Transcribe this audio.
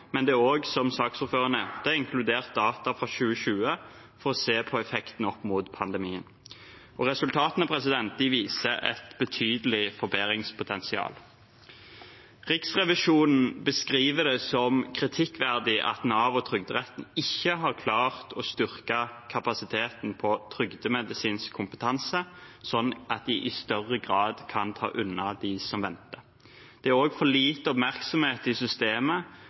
men det er også, som saksordføreren nevnte, inkludert data fra 2020 for å se på effekten opp mot pandemien. Resultatene viser et betydelig forbedringspotensial. Riksrevisjonen beskriver det som kritikkverdig at Nav og Trygderetten ikke har klart å styrke kapasiteten på trygdemedisinsk kompetanse sånn at de i større grad kan ta unna dem som venter. Det er også for lite oppmerksomhet i systemet